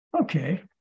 Okay